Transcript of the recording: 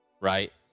Right